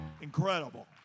incredible